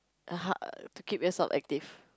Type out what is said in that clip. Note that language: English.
err how to keep yourself active